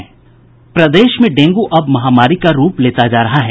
प्रदेश में डेंगू अब महामारी का रूप लेता जा रहा है